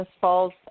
falls